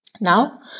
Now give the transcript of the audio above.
Now